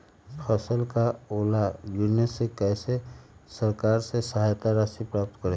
फसल का ओला गिरने से कैसे सरकार से सहायता राशि प्राप्त करें?